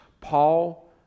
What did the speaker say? Paul